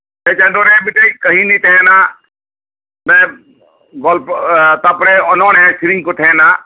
ᱥᱮ ᱪᱟᱸᱫᱚ ᱨᱮ ᱢᱤᱫᱴᱮᱡ ᱠᱟᱹᱦᱤᱱᱤ ᱛᱟᱦᱮᱱᱟ ᱚᱱᱮ ᱜᱚᱞᱯᱚ ᱛᱟᱯᱚᱨᱮ ᱚᱱᱚᱲᱦᱮᱸ ᱥᱤᱨᱤᱧᱠᱚ ᱛᱟᱦᱮᱱᱟ